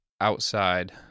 outside